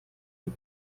die